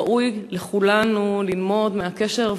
ראוי לכולנו ללמוד מהקשר,